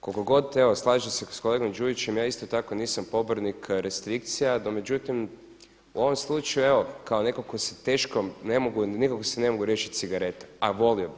Koliko god, evo slažem se s kolegom Đujićem ja isto tako nisam pobornik restrikcija, no međutim u ovom slučaju evo kao neko tko se teškom ne mogu, nikako se ne mogu riješiti cigareta, a volio bih.